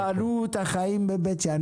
הם בנו את החיים בבית שאן,